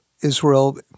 Israel